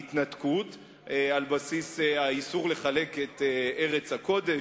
לשכנע את נציגיו להתנגד להתנתקות על בסיס האיסור לחלק את ארץ הקודש,